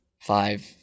five